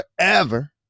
forever